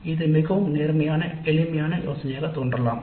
" இது மிகவும் எளிமையான யோசனையாகத் தோன்றலாம்